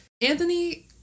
Anthony